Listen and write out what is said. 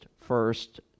first